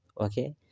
okay